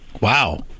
Wow